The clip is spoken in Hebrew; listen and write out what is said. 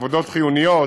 עבודות חיוניות,